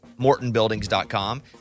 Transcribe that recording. MortonBuildings.com